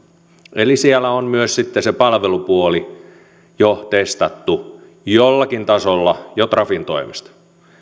eli siellä on myös se palvelupuoli testattu jollakin tasolla jo trafin toimesta